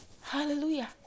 hallelujah